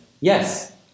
yes